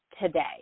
today